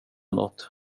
något